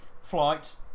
flight